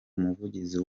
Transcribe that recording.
umuvugizi